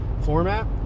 format